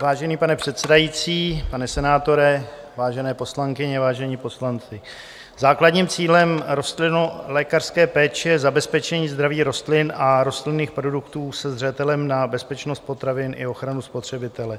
Vážený pane předsedající, pane senátore, vážené poslankyně, vážení poslanci, základním cílem rostlinolékařské péče je zabezpečení zdraví rostlin a rostlinných produktů se zřetelem na bezpečnost potravin i ochranu spotřebitele.